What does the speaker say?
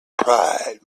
pride